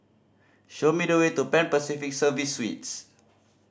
show me the way to Pan Pacific Serviced Suites